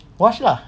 wash lah